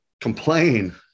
complain